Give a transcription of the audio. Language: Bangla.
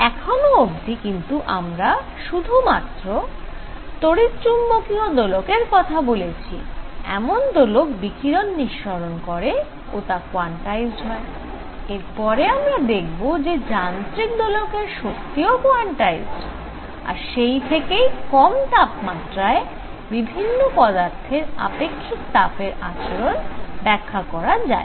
এখনো অবধি কিন্তু আমরা সুধুমাত্র তড়িৎচুম্বকীয় দোলকের কথা বলেছি এমন দোলক বিকিরণ নিঃসরণ করে ও তা কোয়ান্টাইজড হয় এরপরে আমরা দেখব যে যান্ত্রিক দোলকের শক্তি ও কোয়ান্টাইজড আর সেই থেকেই কম তাপমাত্রায় বিভিন্ন পদার্থের আপেক্ষিক তাপের আচরণ ব্যাখ্যা করা যায়